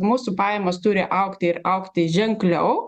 mūsų pajamos turi augti ir augti ženkliau